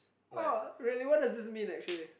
oh really what does this mean actually